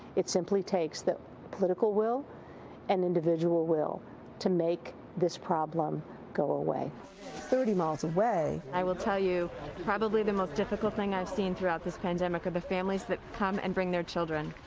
it simply takes the political will and individual will to make this problem go away. reporter thirty miles away i will tell you probably the most difficult thing i've seen throughout this pandemic are the families that come and bring their children.